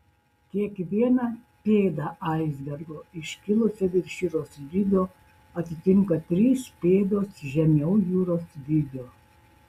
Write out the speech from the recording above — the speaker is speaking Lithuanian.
kiekvieną pėdą aisbergo iškilusio virš jūros lygio atitinka trys pėdos žemiau jūros lygio